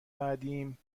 بعدیم